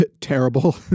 terrible